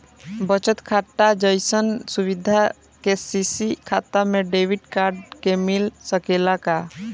बचत खाता जइसन सुविधा के.सी.सी खाता में डेबिट कार्ड के मिल सकेला का?